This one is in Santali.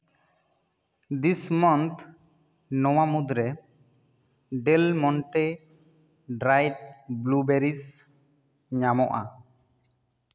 ᱫᱤᱥ ᱢᱟᱱᱛᱷ ᱱᱚᱶᱟ ᱢᱩᱫᱽᱨᱮ ᱰᱮᱞᱼᱢᱚᱱᱴᱮ ᱰᱨᱟᱭ ᱵᱞᱩ ᱵᱮᱨᱤᱥ ᱧᱟᱢᱚᱜᱼᱟ